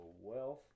wealth